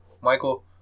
Michael